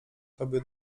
tobie